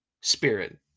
spirit